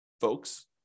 folks